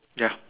ya